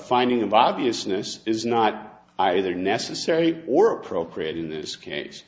finding of avieson this is not either necessary or appropriate in this case